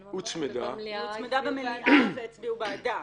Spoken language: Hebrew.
--- היא הוצמדה במליאה והצביעו בעדה,